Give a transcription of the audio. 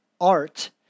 art